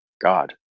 God